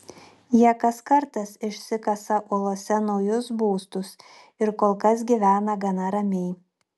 jie kas kartas išsikasa uolose naujus būstus ir kol kas gyvena gana ramiai